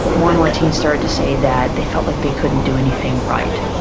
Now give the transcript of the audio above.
more and more teens started to say that they felt like they couldn't do anything right,